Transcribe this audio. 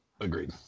Agreed